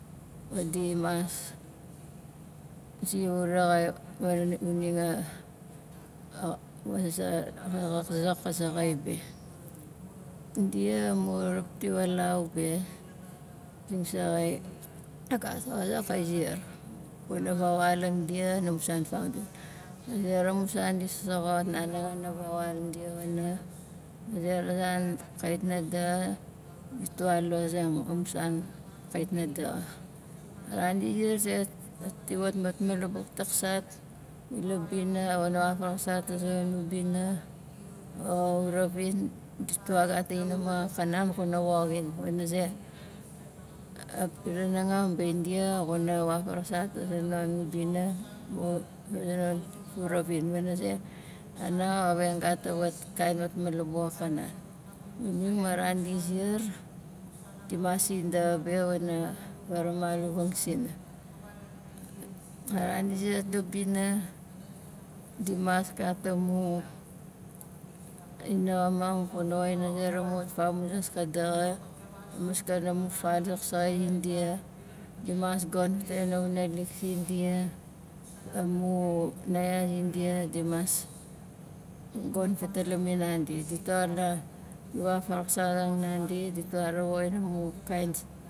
Di mas zi vaaraxai wana na- xuning wana za xa- zak a zaxai be dia amu rapti walau be singsaxai ka gat a xazak kai ziar wana vawaling dia wana mun san faudul a zera mun san di soxot han nanga na vawaul dia wana a zera zan kawit na daxa ditwa lozang amu san kait na daxa a ran di ziar zait di wat malabuk taksaat la bina wana wafa raksaat a zonon ubina o uravin ditwa gat a inaxaming kuna woxin kuna ze a piran nanga xam bain dia xuna wafa raksaat a zonon ubina o a zonon furavin wana ze nana xa we gat a wat kain matmalabuk akanan ma ran di ziar di mas sin daxa be wana varamaluvang sina a ran dit ziar iriat la bina di mas gat amu inaxamang kuna woxin amu zera mu famuzas ka daxa maskana mu fal zaksaxai sindia di mas gon fatalim amu naalik sindia amu nayaya zindia di mas gon fatalim nandi ditwa ra vawa faraksarang nandi ditwa ra woxin amu kain